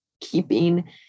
keeping